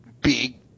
big